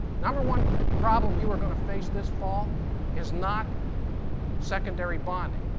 number one problem you are going to face this fall is not secondary bonding,